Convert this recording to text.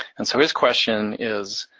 and so his question is,